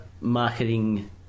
marketing